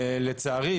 לצערי,